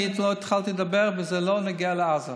לא התחלתי לדבר, וזה לא נוגע לעזה.